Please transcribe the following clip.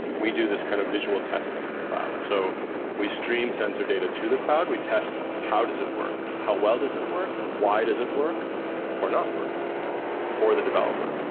we do this kind of visual testing in the cloud. so we stream sensor data to the cloud. we test how does it work? how well does it work and why does it work or not work for the developer?